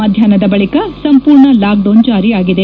ಮಧ್ನಾಹ್ನದ ಬಳಿಕ ಸಂಪೂರ್ಣ ಲಾಕ್ಡೌನ್ ಜಾರಿ ಆಗಿದೆ